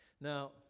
Now